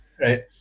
right